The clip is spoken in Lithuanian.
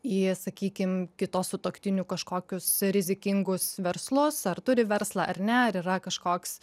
į sakykim kitos sutuoktinių kažkokius rizikingus verslus ar turi verslą ar ne ar yra kažkoks